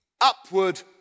upward